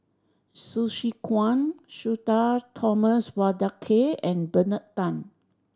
Hsu Tse Kwang Sudhir Thomas Vadaketh and Bernard Tan